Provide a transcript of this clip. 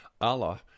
Allah